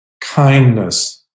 kindness